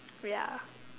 ya